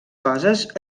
coses